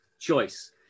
choice